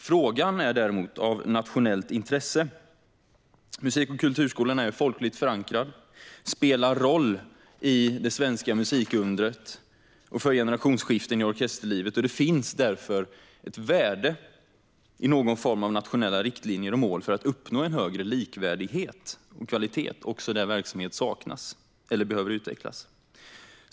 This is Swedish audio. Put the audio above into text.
Frågan är däremot av nationellt intresse. Musik och kulturskolan är folkligt förankrad och spelar en roll i det svenska musikundret och för generationsskiften i orkesterlivet. Det finns därför ett värde i någon form av nationella riktlinjer och mål för att uppnå en högre likvärdighet och kvalitet också där verksamhet saknas eller behöver utvecklas.